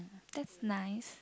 that's nice